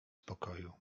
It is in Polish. pokoju